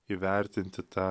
įvertinti tą